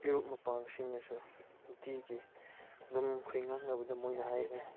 ꯏꯔꯨꯞ ꯃꯄꯥꯡꯁꯤꯡꯅꯁꯨ ꯅꯨꯡꯇꯤꯒꯤ ꯑꯗꯨꯝ ꯑꯩꯈꯣꯏ ꯉꯥꯡꯅꯕꯗ ꯃꯣꯏꯅ ꯍꯥꯏꯅꯦ